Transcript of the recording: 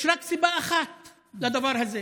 יש רק סיבה אחת לדבר הזה: